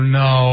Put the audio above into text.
no